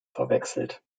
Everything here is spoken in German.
verwechselt